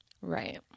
Right